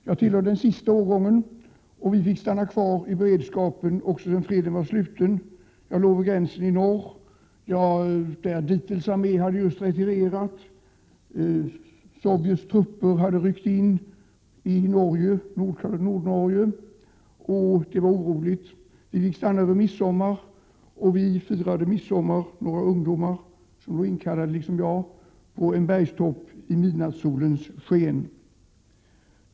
Jag tillhörde den sista årgången, och vi fick stanna kvar i beredskap också när freden var sluten. Jag låg vid gränsen i norr, där Dietels armé just hade retirerat. Sovjets trupper hade ryckt in Nordnorge, och det var oroligt. Vi fick stanna över midsommar. Jag firade midsommar tillsammans med några andra ungdomar, som liksom jag var inkallade, på en bergstopp i midnattssolens sken.